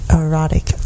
erotic